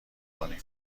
بکنیم